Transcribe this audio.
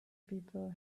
people